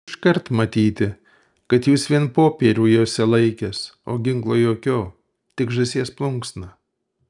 iškart matyti kad jūs vien popierių jose laikęs o ginklo jokio tik žąsies plunksną